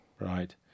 right